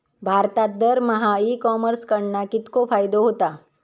भारतात दरमहा e commerce कडणा कितको फायदो होता?